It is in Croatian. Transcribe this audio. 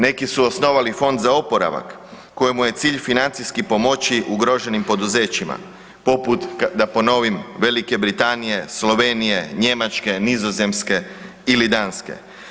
Neki su osnovali fond za oporavak kojem je cilj financijski pomoći ugroženim poduzećima poput da ponovim Velike Britanije, Slovenije, Njemačke, Nizozemske ili Danske.